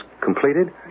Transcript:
completed